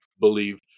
believe